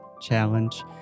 challenge